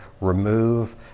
remove